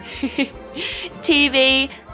TV